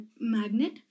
magnet